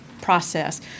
process